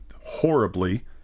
horribly